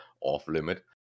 off-limit